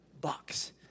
box